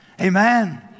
Amen